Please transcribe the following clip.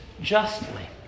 justly